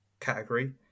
category